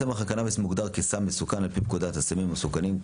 צמח הקנבוס מוגדר כסם מסוכן על פי פקודת הסמים המסוכנים.